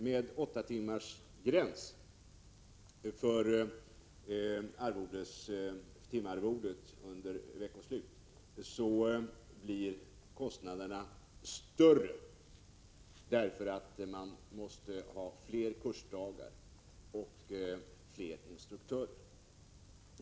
Med åttatimmarsgräns för timarvodet under veckoslut blir dessutom kostnaderna, som jag framhöll i mitt första inlägg, större därför att det krävs fler kursdagar och fler instruktörer.